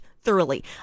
thoroughly